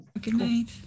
Goodnight